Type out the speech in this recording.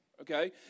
Okay